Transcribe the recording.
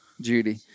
Judy